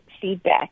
feedback